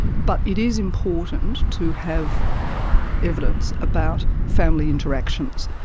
but it is important to have evidence about family interactions,